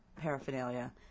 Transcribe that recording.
paraphernalia